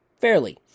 fairly